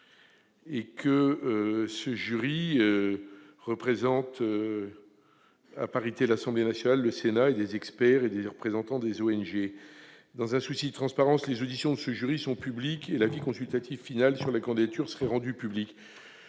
un jury qui représente, à parité, l'Assemblée nationale, le Sénat, les experts et les représentants d'ONG. Dans un souci de transparence, les auditions de ce jury seraient publiques et l'avis consultatif final sur les candidatures serait également rendu public.